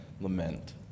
lament